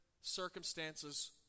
circumstances